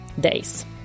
days